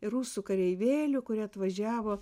rusų kareivėlių kurie atvažiavo